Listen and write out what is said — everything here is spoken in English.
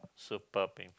super pain